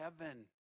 heaven